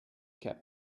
kept